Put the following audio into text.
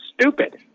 stupid